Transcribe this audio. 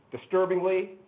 Disturbingly